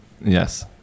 Yes